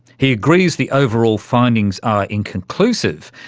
he agrees the overall findings are inconclusive.